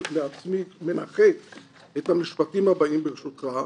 אני מנכס לעצמי את המשפטים הבאים, ברשותך,